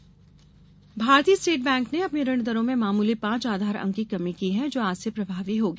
bank दर कमी भारतीय स्टेट बैंक ने अपने ऋण दरों में मामूली पांच आधार अंक की कमी की हैं जो आज से प्रभावी होगी